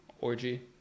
orgy